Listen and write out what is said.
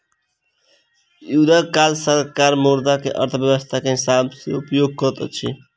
युद्धक काल सरकार मुद्रा के अर्थव्यस्था के हिसाब सॅ उपयोग करैत अछि